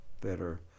better